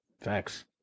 Facts